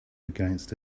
against